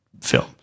film